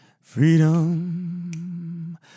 Freedom